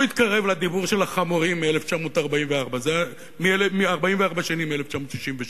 הוא התקרב לדיבור של החמורים, זה 44 שנים מ-1967.